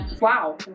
wow